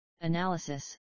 analysis